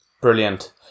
Brilliant